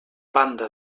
banda